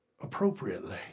appropriately